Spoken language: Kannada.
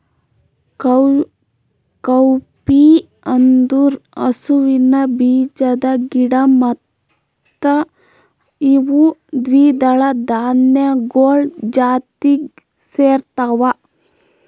ಕೌಪೀ ಅಂದುರ್ ಹಸುವಿನ ಬೀಜದ ಗಿಡ ಮತ್ತ ಇವು ದ್ವಿದಳ ಧಾನ್ಯಗೊಳ್ ಜಾತಿಗ್ ಸೇರ್ತಾವ